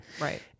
Right